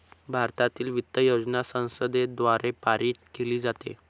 भारतातील वित्त योजना संसदेद्वारे पारित केली जाते